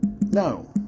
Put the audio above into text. No